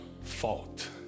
fault